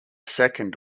second